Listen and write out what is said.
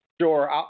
Sure